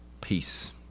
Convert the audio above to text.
peace